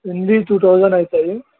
ఇవన్నీ two thousand అవుతాయి